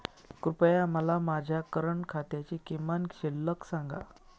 कृपया मला माझ्या करंट खात्याची किमान शिल्लक सांगा